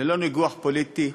ללא ניגוח פוליטי,